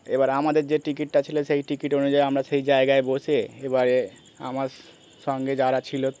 এবার আমাদের যে টিকিটটা ছিলো সেই টিকিট অনুযায়ী আমরা সেই জায়গায় বসে এবারে আমার সঙ্গে যারা ছিলো